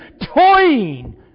toying